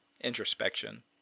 introspection